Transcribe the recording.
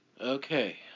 Okay